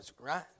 right